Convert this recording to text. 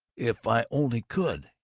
if i only could!